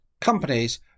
companies